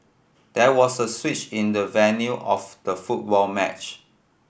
there was a switch in the venue of the football match